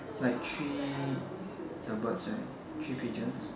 like three the birds right three pigeons